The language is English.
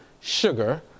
sugar